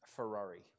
Ferrari